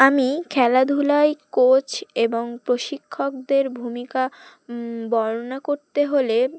আমি খেলাধুলায় কোচ এবং প্রশিক্ষকদের ভূমিকা বর্ণনা করতে হলে